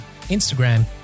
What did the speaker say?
instagram